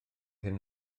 hyn